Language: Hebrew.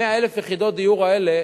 100,000 יחידות הדיור האלה,